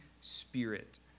Spirit